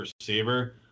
receiver